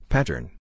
Pattern